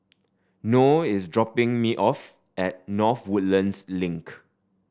Noe is dropping me off at North Woodlands Link